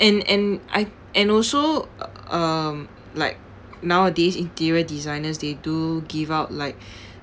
and and I and also uh um like nowadays interior designers they do give out like